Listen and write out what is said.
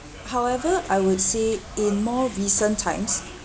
however I would say in more recent times